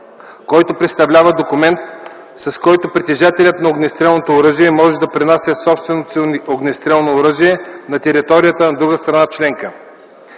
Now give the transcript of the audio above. който представлява документ, с който притежателят на огнестрелното оръжие може да пренася собственото си огнестрелно оръжие на територията на друга страна членка.